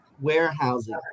warehousing